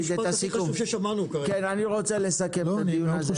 כן אני רוצה לסכם את הדיון הזה.